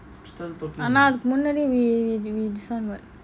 ஆனா அதுக்கு முன்னாடி:aana athuku munaadi we we decided